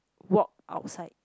walk outside